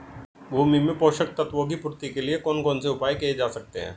भूमि में पोषक तत्वों की पूर्ति के लिए कौन कौन से उपाय किए जा सकते हैं?